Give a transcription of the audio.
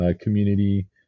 community